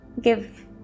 give